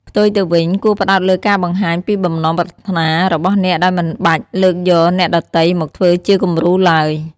ផ្ទុយទៅវិញ គួរផ្ដោតលើការបង្ហាញពីបំណងប្រាថ្នារបស់អ្នកដោយមិនបាច់លើកយកអ្នកដទៃមកធ្វើជាគំរូឡើយ។